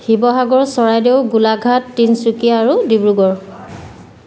শিৱসাগৰ চৰাইদেউ গোলাঘাট তিনিচুকীয়া আৰু ডিব্ৰুগড়